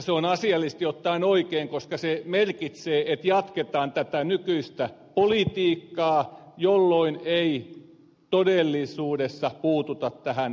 se on asiallisesti ottaen oikein koska kokoomuksen verolinja merkitsee sitä että jatketaan tätä nykyistä politiikkaa jolloin ei todellisuudessa puututa tähän tulonjakokysymykseen